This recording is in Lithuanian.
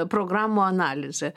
programų analizę